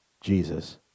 Jesus